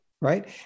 Right